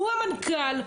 הוא המנכ"ל,